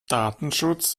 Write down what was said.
datenschutz